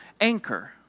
anchor